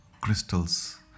crystals